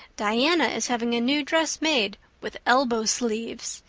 diana is having a new dress made with elbow sleeves.